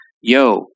yo